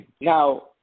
Now